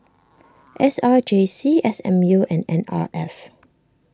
S R J C S M U and N R F